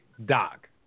Doc